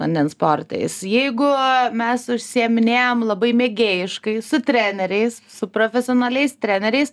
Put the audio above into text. vandens sportais jeigu mes užsieminėjam labai mėgėjiškai su treneriais su profesionaliais treneriais